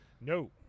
no